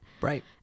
Right